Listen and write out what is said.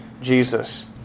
Jesus